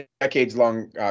decades-long